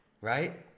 right